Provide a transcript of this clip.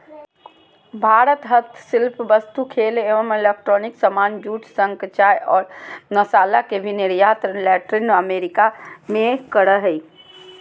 भारत हस्तशिल्प वस्तु, खेल एवं इलेक्ट्रॉनिक सामान, जूट, शंख, चाय और मसाला के भी निर्यात लैटिन अमेरिका मे करअ हय